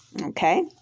okay